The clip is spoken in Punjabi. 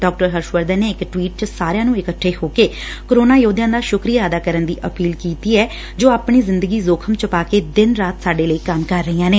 ਡਾ ਹਰਸ਼ ਵਰਧਨ ਨੇ ਇਕ ਟਵੀਟ ਚ ਸਾਰਿਆਂ ਨੰ ਇਕੱਠੇ ਹੋ ਕੇ ਕੋਰੋਨਾ ਯੋਧਿਆਂ ਦਾ ਸੂੱਕਰੀਆ ਅਦਾ ਕਰਨ ਦੀ ਅਪੀਲ ਕੀਤੀ ਐ ਜੋ ਆਪਣੀ ਜ਼ਿੰਦਗੀ ਜ਼ੋਖ਼ਮ ਚ ਪਾ ਕੇ ਦਿਨ ਰਾਤ ਸਾਡੇ ਲਈ ਕੰਮ ਕਰ ਰਹੀਆਂ ਨੇ